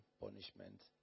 punishment